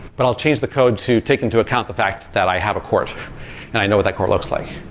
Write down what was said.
but i'll change the code to take into account the fact that i have a court and i know what that court looks like,